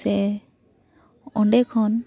ᱥᱮ ᱚᱸᱰᱮ ᱠᱷᱚᱱ